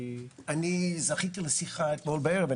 אני זכיתי לשיחה אתמול בערב.